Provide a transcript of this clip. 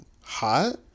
hot